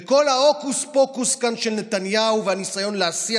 וכל ההוקוס-פוקוס כאן של נתניהו והניסיון להסיח